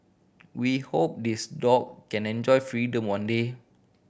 we hope this dog can enjoy freedom one day